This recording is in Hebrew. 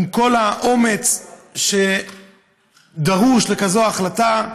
עם כל האומץ שדרוש לכזאת החלטה,